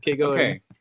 Okay